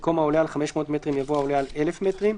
במקום "העולה על 500 מטרים" יבוא "העולה על 1,000 מטרים".